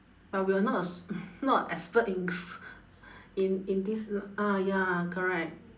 but we are not a s~ not a expert in s~ in in this ah ya correct